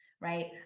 right